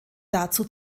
dazu